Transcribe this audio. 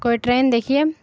کوئی ٹرین دیکھیے